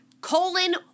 colon